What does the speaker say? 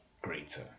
greater